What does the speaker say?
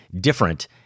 different